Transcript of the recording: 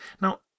Now